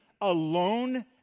alone